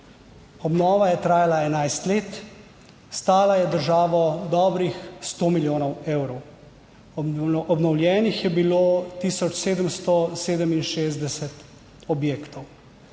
Obnova je trajala 11 let, stala je država dobrih sto milijonov evrov. Obnovljenih je bilo tisoč 767 objektov,